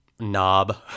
Knob